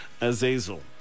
Azazel